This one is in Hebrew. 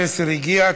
המסר הגיע.